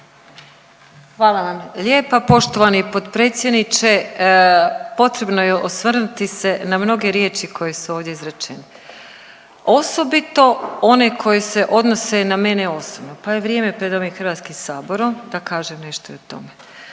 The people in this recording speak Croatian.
Hvala vam lijepa poštovani potpredsjedniče. Potrebno je na mnoge riječi koje su ovdje izrečen, osobito one koje se odnose na mene osobno pa je vrijeme pred ovim HS-om da kažem nešto i o tome.